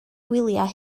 gwyliau